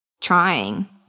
trying